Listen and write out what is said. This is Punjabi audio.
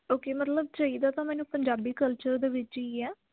ਓਕੇ ਮਤਲਬ ਚਾਹੀਦਾ ਤਾਂ ਮੈਨੂੰ ਪੰਜਾਬੀ ਕਲਚਰ ਦੇ ਵਿੱਚ ਹੀ ਆ